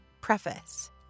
Preface